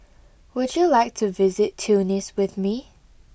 would you like to visit Tunis with me